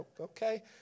okay